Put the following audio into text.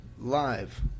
live